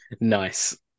Nice